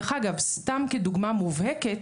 סתם כדוגמה מובהקת,